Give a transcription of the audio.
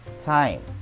time